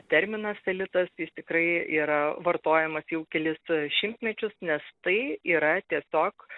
terminas elitas jis tikrai yra vartojamas jau kelis šimtmečius nes tai yra tiesiog